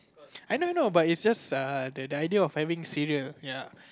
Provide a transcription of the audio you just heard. I don't know but it's just err the the idea of having cereal